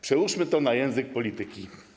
Przełóżmy to na język polityki.